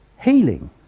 healing